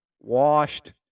Washed